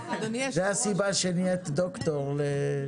זו הסיבה שנהיית ד"ר לביולוגיה.